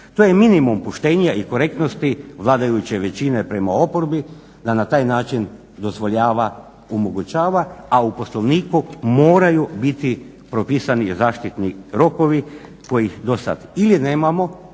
To je minimum poštenja i korektnosti vladajuće većine prema oporbi da na taj način dozvoljava, omogućava, a u Poslovniku moraju biti propisani zaštitni rokovi kojih do sad ili nemamo,